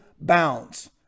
bounds